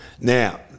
Now